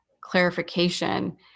clarification